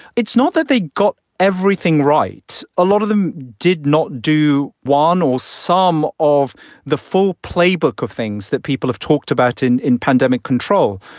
it's not that they got everything right. a lot of them did not do one or some of the full playbook of things that people have talked about in in pandemic control.